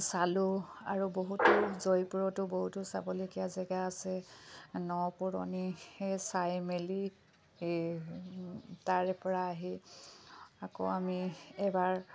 চালোঁ আৰু বহুতো জয়পুৰতো বহুতো চাবলগীয়া জেগা আছে ন পুৰণি চাই মেলি এই তাৰেপৰা আহি আকৌ আমি এবাৰ